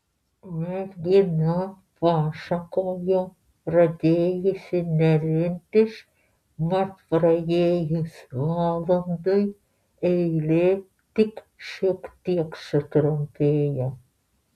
mergina pasakojo pradėjusi nervintis mat praėjus valandai eilė tik šiek tiek sutrumpėjo